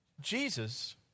Jesus